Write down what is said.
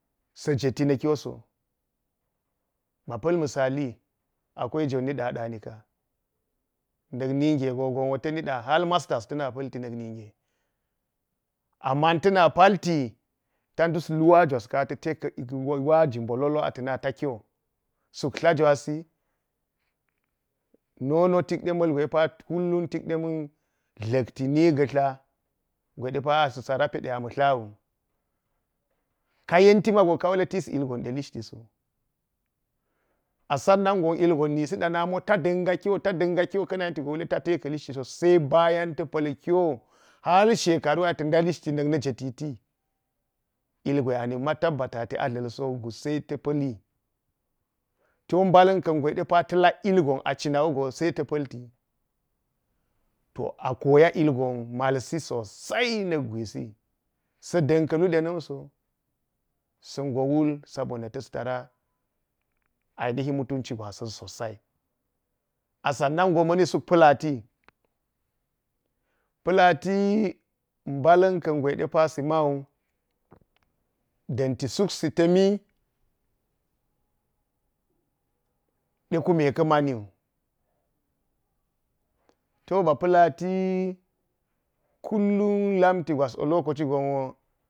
Sa jeti na ƙiwoso. Bapal misali akwai jon nida a danika nak ningego ta nida har masters gwa tana plti nak ninger amma tana palti ta. Dus luwa juwas ka a tate ka wajo bólolo atanata kiwo suk dla gwawsi nono tikde malgwe pa kullum tikde man glakti nifa dla gwedepa asa sarapa de ama dlawu. Ka yenti mago ka wule taman ilgonde lishitiso a sanna go ilgon kana yentigo wule talwe ka lishitisp sai bayan tapal kiwo shekani atada lishiti nakna jetiti ilgwe a niukma tabbatati na dlarsogu sai ta pali to balankan gwedepa talak ilgon a cinawugo saita palti. To a koya ilgon malsi sosai nak gwuisi, sa ɗan kalu denamso, sogo wul sabona tas tara ainihi nutuwa gwasan sosai. A sansan go mani suk palati. Palati balan ƙan gwe ɗepa simau danti suksi tami, de kune ka maniwu to ba palati kullum lamtigwas o lokocigon wo.